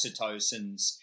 oxytocins